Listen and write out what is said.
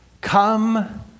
Come